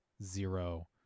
zero